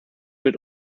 mit